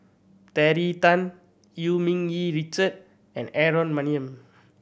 Terry Tan Eu Yee Ming Richard and Aaron Maniam